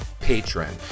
patron